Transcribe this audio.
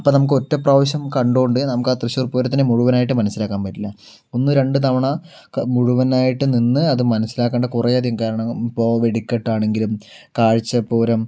അപ്പോൾ നമുക്ക് ഒറ്റ പ്രാവശ്യം കണ്ടതുകൊണ്ട് നമുക്ക് ആ തൃശ്ശൂര് പൂരത്തിനെ മുഴുവനായിട്ട് മനസ്സിലാക്കാന് പറ്റില്ല ഒന്നു രണ്ടു തവണ മുഴുവനായിട്ടും നിന്ന് അത് മനസ്സിലാക്കേണ്ട കുറേ അധികം കാരണങ്ങള് ഇപ്പോൾ വെടിക്കെട്ടാണെങ്കിലും കാഴ്ച്ചപ്പൂരം